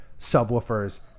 subwoofers